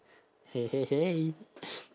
hey hey hey